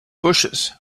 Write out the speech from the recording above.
bushes